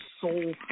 soul